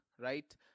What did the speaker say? right